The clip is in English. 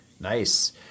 Nice